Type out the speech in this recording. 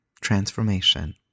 transformation